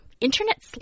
Internet